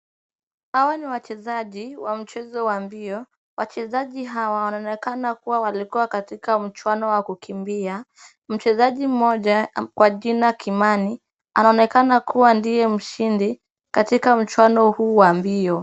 Hawa ni wachezaji wa mchezo wa mbio. Wachezaji hawa wanaonekana kuwa walikuwa katika mchuano wa kukimbia. Mchezaji mmoja kwa jina Kimani anaonekana kuwa ndiye mshindi katika mchuano huu wa mbio.